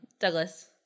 Douglas